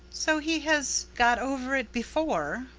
so he has got over it before?